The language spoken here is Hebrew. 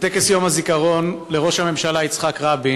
בטקס יום הזיכרון לראש הממשלה יצחק רבין,